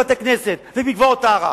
בבתי-כנסת ובמקוואות טהרה.